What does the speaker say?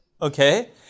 okay